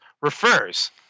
refers